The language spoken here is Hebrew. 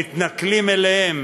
שמתנכלים להם